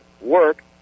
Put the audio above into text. work